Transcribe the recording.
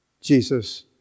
Jesus